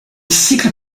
cycles